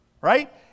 right